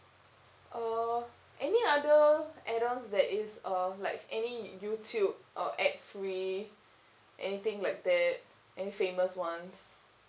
uh any other add ons that is uh like any youtube uh ad free anything like that any famous ones